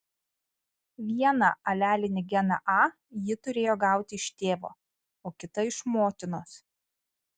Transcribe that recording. vieną alelinį geną a ji turėjo gauti iš tėvo o kitą iš motinos